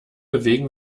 bewegen